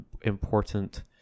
important